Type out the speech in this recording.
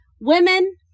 Women